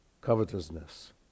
Covetousness